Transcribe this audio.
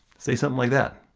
say something like that.